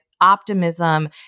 optimism